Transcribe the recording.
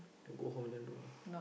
go home then do lah